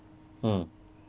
mm